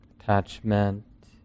attachment